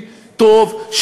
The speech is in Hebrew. טוב,